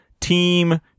team